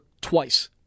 twice